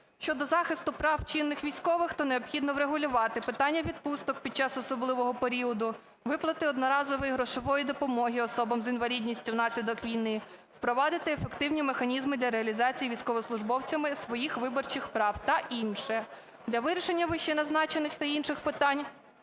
Щодо захисту прав чинних військових, то необхідно врегулювати питання відпусток під час особливого періоду, виплати одноразової грошової допомоги особам з інвалідністю внаслідок війни, впровадити ефективні механізми для реалізації військовослужбовцями своїх виборчих прав та інше. Для вирішення вищезазначених та інших питань